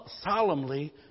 solemnly